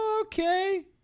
okay